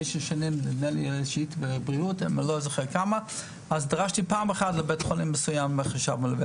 שנים בבריאות לבית חולים מסוים חשב מלווה.